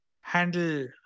handle